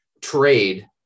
trade